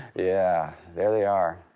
yeah, there they are.